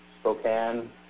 Spokane